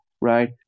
right